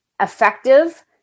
effective